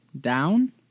down